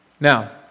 Now